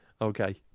Okay